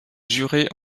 jurer